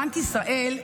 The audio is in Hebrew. בנק ישראל,